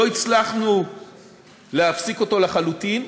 לא הצלחנו להפסיק אותו לחלוטין,